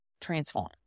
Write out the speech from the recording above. transform